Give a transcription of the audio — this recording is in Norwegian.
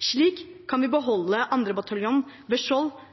Slik kan vi beholde 2. bataljon ved